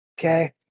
Okay